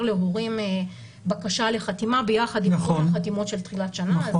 להורים בקשה לחתימה ביחד עם כל החתימות של תחילת השנה,